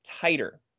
tighter